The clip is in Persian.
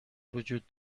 وجود